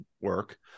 work